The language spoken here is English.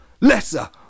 Lesser